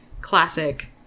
classic